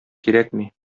кирәкми